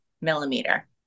millimeter